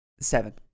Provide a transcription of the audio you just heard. seven